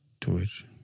Twitch